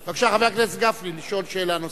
בבקשה, חבר הכנסת גפני, לשאול שאלה נוספת.